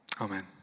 Amen